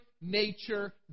nature